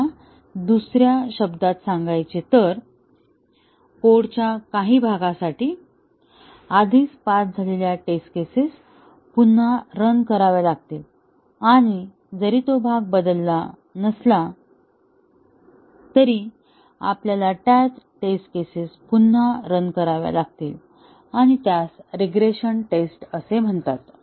किंवा दुसर्या शब्दात सांगायचे तर कोडच्या काही भागासाठी आधीच पास झालेल्या टेस्ट केसेस पुन्हा रन कराव्या लागतील आणि जरी तो भाग बदलला नसला तरी आपल्याला त्या टेस्ट केसेस पुन्हा रन कराव्या लागतील आणि त्यास रीग्रेशन टेस्ट असे म्हणतात